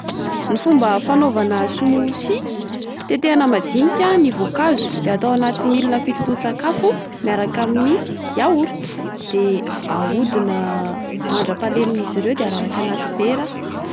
Ny fomba fanaovana smoothie: tetehana majinika ny voankazo. De atao anaty milina fitotoan-tsakafo miaraka amin'ny yaourt. De ahodina mandra-pahalemin'izy ireo. De araraka anaty vera de izay.